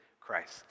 Christ